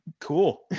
cool